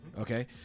Okay